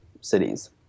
cities